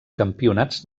campionats